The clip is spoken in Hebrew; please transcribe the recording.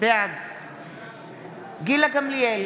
בעד גילה גמליאל,